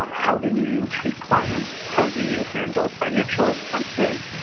um how do you treat clients, how do you handle financial expenses?